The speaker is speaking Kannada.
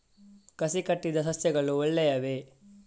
ಕಸಿ ಕಟ್ಟಿದ ಸಸ್ಯಗಳು ಒಳ್ಳೆಯವೇ?